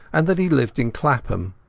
and that he lived in clapham.